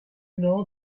know